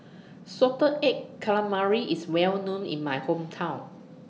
Salted Egg Calamari IS Well known in My Hometown